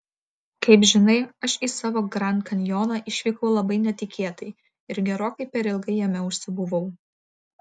kaip žinai aš į savo grand kanjoną išvykau labai netikėtai ir gerokai per ilgai jame užsibuvau